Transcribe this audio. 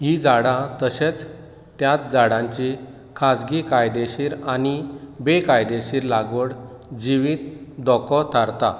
हीं झाडां तशेंच त्याच झाडांची खाजगी कायदेशीर आनी बेकायदेशीर लागवड जिवीत धोको थारता